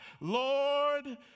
Lord